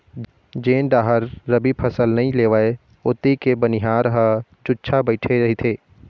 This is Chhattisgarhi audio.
जेन डाहर रबी फसल नइ लेवय ओती के बनिहार ह जुच्छा बइठे रहिथे